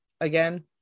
again